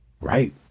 right